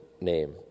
name